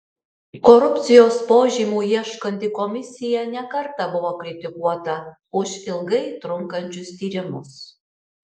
korupcijos požymių ieškanti komisija ne kartą buvo kritikuota už ilgai trunkančius tyrimus